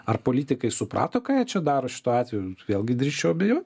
ar politikai suprato ką jie čia daro šituo atveju vėlgi drįsčiau abejot